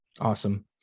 Awesome